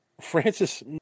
Francis